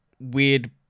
weird